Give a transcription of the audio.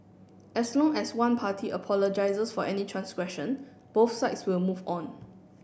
as long as one party apologises for any transgression both sides will move on